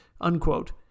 unquote